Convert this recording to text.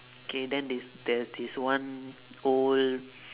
K then this there is this one old